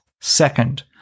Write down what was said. second